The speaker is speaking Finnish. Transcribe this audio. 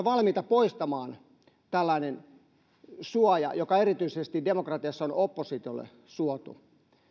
valmiita poistamaan tällaisen suojan joka erityisesti demokratiassa on oppositiolle suotu